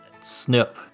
snip